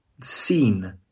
seen